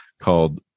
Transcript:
called